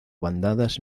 bandadas